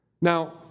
Now